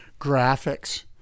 graphics